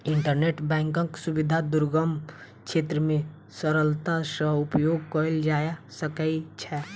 internet बैंकक सुविधा दुर्गम क्षेत्र मे सरलता सॅ उपयोग कयल जा सकै छै